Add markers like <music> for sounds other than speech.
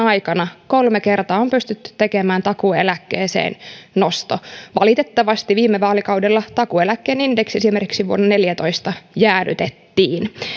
<unintelligible> aikana kolme kertaa on pystytty tekemään takuueläkkeeseen nosto valitettavasti viime vaalikaudella takuueläkkeen indeksi esimerkiksi vuonna neljätoista jäädytettiin